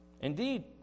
Indeed